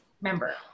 member